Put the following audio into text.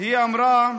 היא אמרה: